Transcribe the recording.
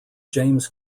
james